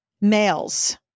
males